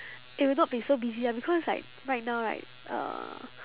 it will not be so busy lah because like right now right uh